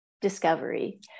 discovery